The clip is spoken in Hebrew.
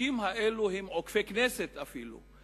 החוקים האלה הם עוקפי כנסת אפילו.